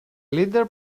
leader